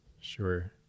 Sure